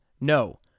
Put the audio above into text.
no